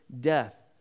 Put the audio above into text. death